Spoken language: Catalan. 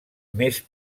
més